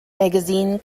magazine